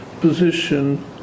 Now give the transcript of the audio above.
position